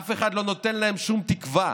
אף אחד לא נותן להם שום תקווה.